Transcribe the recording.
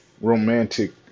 romantic